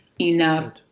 enough